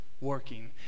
working